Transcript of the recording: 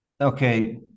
Okay